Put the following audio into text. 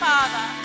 Father